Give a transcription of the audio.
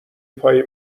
پای